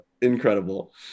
incredible